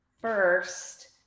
first